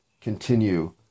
continue